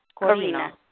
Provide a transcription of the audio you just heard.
Corina